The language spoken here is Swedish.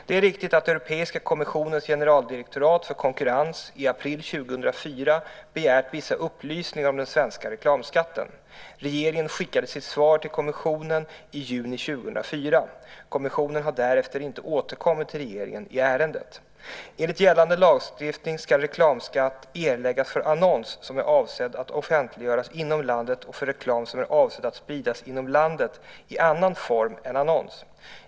Det är riktigt att Europeiska kommissionens generaldirektorat för konkurrens i april 2004 begärt vissa upplysningar om den svenska reklamskatten. Regeringen skickade sitt svar till kommissionen i juni 2004. Kommissionen har därefter inte återkommit till regeringen i ärendet. Enligt gällande lagstiftning ska reklamskatt erläggas för annons som är avsedd att offentliggöras inom landet och för reklam som är avsedd att spridas inom landet i annan form än annons.